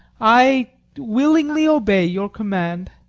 i willingly obey your command.